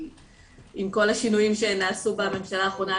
עם כל השינויים שנעשו בממשלה האחרונה,